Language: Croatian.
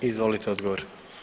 Izvolite odgovor.